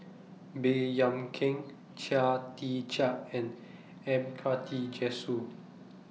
Baey Yam Keng Chia Tee Chiak and M Karthigesu